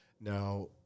Now